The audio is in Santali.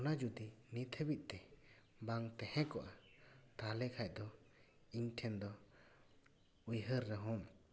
ᱚᱱᱟ ᱡᱩᱫᱤ ᱱᱤᱛ ᱦᱟᱹᱵᱤᱡ ᱛᱮ ᱵᱟᱝ ᱛᱟᱦᱮᱸ ᱠᱚᱜᱼᱟ ᱛᱟᱦᱚᱞᱮ ᱠᱷᱟᱡ ᱫᱚ ᱤᱧ ᱴᱷᱮᱱ ᱫᱚ ᱩᱭᱦᱟᱹᱦᱨ ᱨᱮᱦᱚᱸ